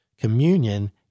Communion